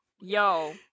Yo